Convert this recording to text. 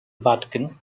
vatican